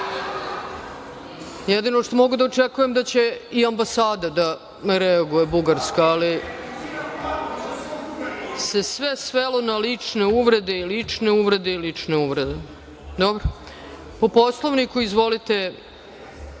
Jednino što mogu da očekujem da će i ambasada da ne reaguje, Bugarska, ali se sve svelo na lične uvrede i lične uvrede i lične uvrede.